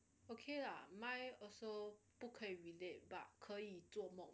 okay lah mine also 不可以 relate but 可以做梦